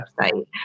website